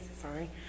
sorry